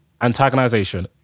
antagonization